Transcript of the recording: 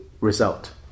result